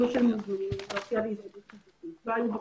לא היו בקשות.